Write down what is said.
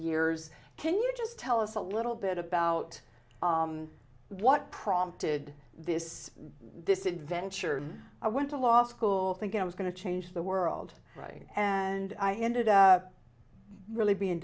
years can you just tell us a little bit about what prompted this this adventure i went to law school thinking i was going to change the world and i ended up really being